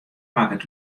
makket